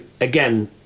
again